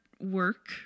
work